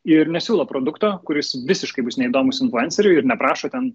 ir nesiūlo produkto kuris visiškai bus neįdomus influenceriui ir neprašo ten